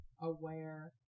aware